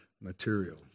material